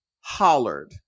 hollered